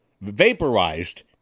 vaporized